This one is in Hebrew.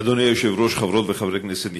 אדוני היושב-ראש, חברות וחברי כנסת נכבדים,